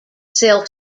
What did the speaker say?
self